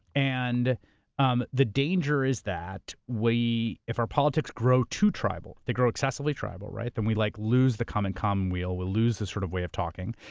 and um the danger is that we, if our politics grow too tribal, they grow excessively tribal, then we like lose the common, common wheel, we'll lose the sort of way of talking,